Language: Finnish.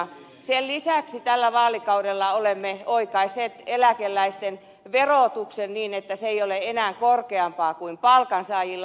sen lisäksi tällä vaalikaudella olemme oikaisseet eläkeläisten verotuksen niin että se ei ole enää korkeampaa kuin palkansaajilla